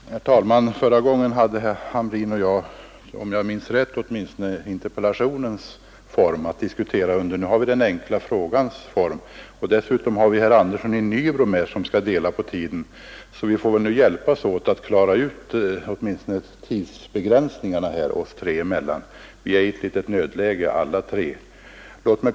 Herr talman! Förra gången diskuterade herr Hamrin och jag, om jag minns rätt, under interpellationens form. Nu diskuterar vi i den enkla frågans form, och dessutom skall herr Andersson i Nybro vara med och dela på tiden. Så vi får väl hjälpas åt att klara åtminstone tidsbegränsningarna oss tre emellan; vi befinner oss i tidsnöd alla tre.